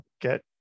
get